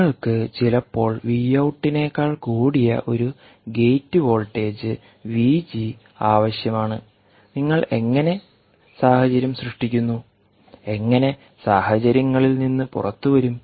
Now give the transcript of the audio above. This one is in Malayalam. നിങ്ങൾക്ക് ചിലപ്പോൾ വി ഔട്ടിനെക്കാൾ കൂടിയ ഒരു ഗേറ്റ് വോൾട്ടേജ് VG ആവശ്യമാണ് നിങ്ങൾ എങ്ങനെ സാഹചര്യം സൃഷ്ടിക്കുന്നു എങ്ങനെ സാഹചര്യങ്ങളിൽ നിന്ന് പുറത്തുവരും